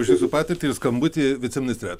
už jūsų patirtį ir skambutį viceministre